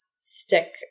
stick